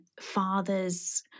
father's